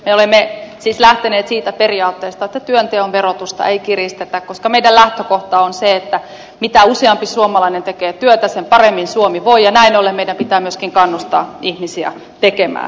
me olemme siis lähteneet siitä periaatteesta että työnteon verotusta ei kiristetä koska meidän lähtökohtamme on se että mitä useampi suomalainen tekee työtä sen paremmin suomi voi ja näin ollen meidän pitää myöskin kannustaa ihmisiä tekemään työtä